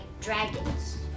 dragons